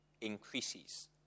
increases